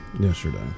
yesterday